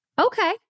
Okay